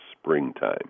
springtime